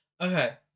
Okay